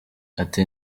ati